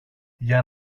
για